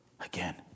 Again